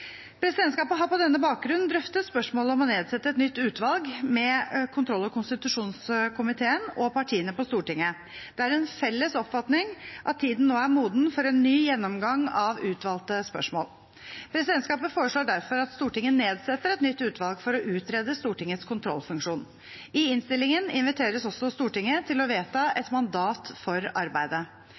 Presidentskapet har på denne bakgrunn drøftet spørsmålet om å nedsette et nytt utvalg med kontroll- og konstitusjonskomiteen og partiene på Stortinget. Det er en felles oppfatning at tiden nå er moden for en ny gjennomgang av utvalgte spørsmål. Presidentskapet foreslår derfor at Stortinget nedsetter et nytt utvalg for å utrede Stortingets kontrollfunksjon. I innstillingen inviteres også Stortinget til å vedta et mandat for arbeidet.